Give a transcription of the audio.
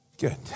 Good